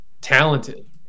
talented